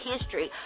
history